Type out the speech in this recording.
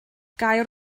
gair